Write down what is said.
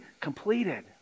completed